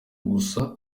gusa